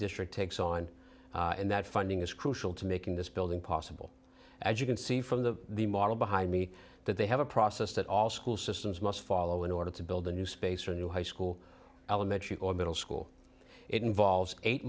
district takes on and that funding is crucial to making this building possible as you can see from the the model behind me that they have a process that all school systems must follow in order to build a new space for a new high school elementary or middle school it involves eight